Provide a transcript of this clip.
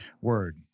Word